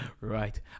right